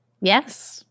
Yes